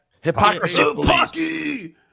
hypocrisy